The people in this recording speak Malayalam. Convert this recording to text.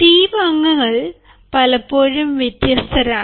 ടീം അംഗങ്ങൾ പലപ്പോഴും വ്യത്യസ്തരാണ്